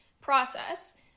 process